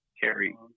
carry